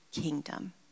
kingdom